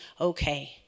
okay